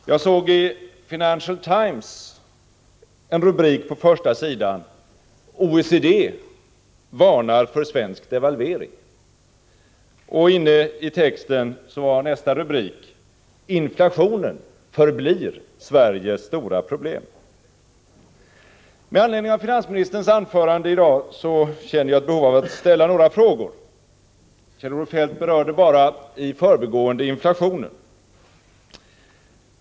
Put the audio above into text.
Jag såg i Financial Times en rubrik på första sidan: OECD varnar för svensk devalvering. Inne i texten var nästa rubrik: Inflationen förblir Sveriges stora problem. Med anledning av finansministerns anförande i dag känner jag ett behov av att ställa några frågor. Kjell-Olof Feldt berörde bara i förbigående inflationen.